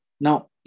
Now